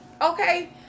okay